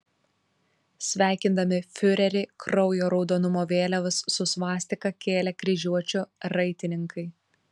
sveikindami fiurerį kraujo raudonumo vėliavas su svastika kėlė kryžiuočių raitininkai